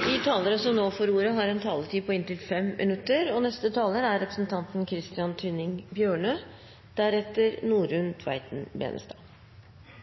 Birk på 15 år sa det for noen år siden i spalten Si-D i Aftenposten: Gutter er